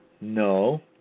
No